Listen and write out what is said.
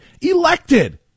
elected